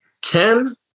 Ten